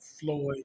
Floyd